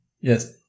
Yes